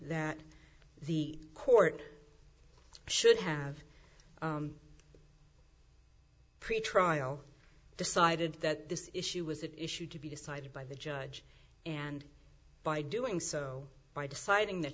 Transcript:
that the court should have pretrial decided that this issue was an issue to be decided by the judge and by doing so by deciding that